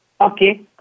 Okay